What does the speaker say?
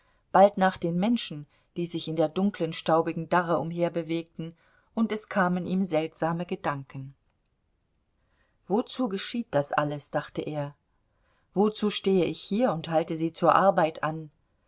bald nach den menschen die sich in der dunklen staubigen darre umherbewegten und es kamen ihm seltsame gedanken wozu geschieht das alles dachte er wozu stehe ich hier und halte sie zur arbeit an